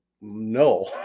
no